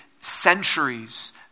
centuries